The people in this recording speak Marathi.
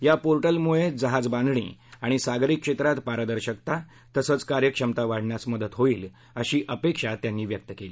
या पोर्टलमुळे जहाज बांधणी आणि सागरी क्षेत्रात पारदर्शकता तसेच कार्यक्षमता वाढविण्यास मदत होईल अशी अपेक्षा त्यांनी व्यक्त केली